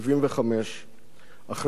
אחרי מחלה קשה וממושכת.